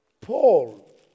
Paul